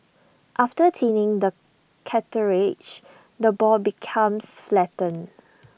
after thinning the cartilage the ball becomes flattened